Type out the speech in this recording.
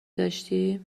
داشتی